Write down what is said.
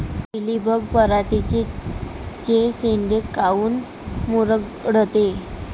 Mealybug पराटीचे चे शेंडे काऊन मुरगळते?